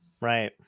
Right